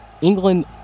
England